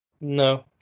No